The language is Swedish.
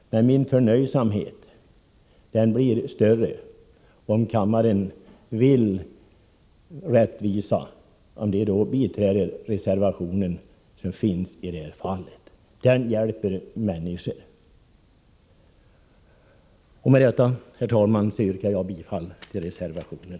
Min förnöjsamhet skulle bli större, om kammaren ville biträda reservationen. Det skulle bättre hjälpa människorna. Med detta, herr talman, yrkar jag bifall till reservationen.